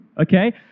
Okay